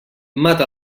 mata